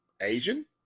Asian